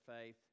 faith